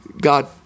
God